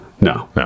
No